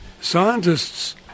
scientists